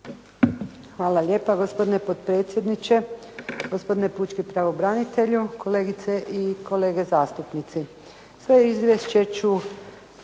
Hvala lijepa. Gospodine potpredsjedniče, gospodine pučki pravobranitelju, kolegice i kolege zastupnici. Svoje izvješće ću